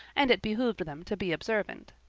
and it behooved them to be observant.